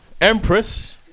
Empress